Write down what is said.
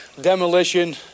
Demolition